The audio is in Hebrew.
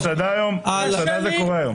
במסעדה זה קורה היום.